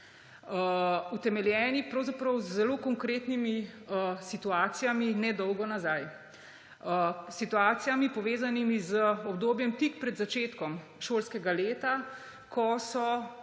Utemeljeni pravzaprav z zelo konkretnimi situacijami nedolgo nazaj, situacijami, povezanimi z obdobjem tik pred začetkom šolskega leta, ko so